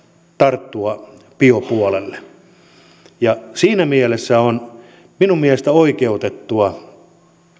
tarttua biopuolelle siinä mielessä on minun mielestäni oikeutettua